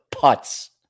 putts